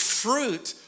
fruit